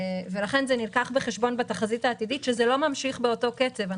נלקח בחשבון בתחזית העתידית שזה לא ממשיך באותו קצב.